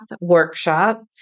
workshop